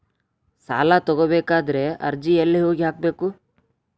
ಸಾಲ ತಗೋಬೇಕಾದ್ರೆ ಅರ್ಜಿ ಎಲ್ಲಿ ಹೋಗಿ ಹಾಕಬೇಕು?